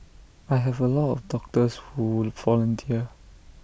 I have A lot of doctors who volunteer